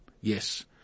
yes